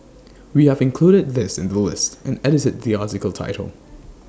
we have included this in the list and edited the article title